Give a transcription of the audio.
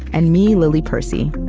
and me, lily percy.